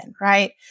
right